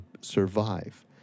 survive